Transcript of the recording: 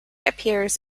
appears